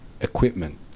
equipment